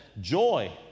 joy